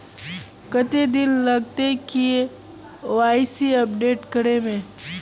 कते दिन लगते के.वाई.सी अपडेट करे में?